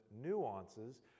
nuances